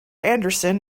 andersson